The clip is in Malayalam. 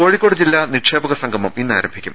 കോഴിക്കോട് ജില്ലാ നിക്ഷേപകസംഗമം ഇന്ന് ആരംഭിക്കും